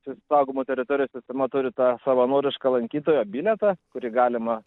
saugomų teritorijų sistema turi tą savanorišką lankytojo bilietą kurį galima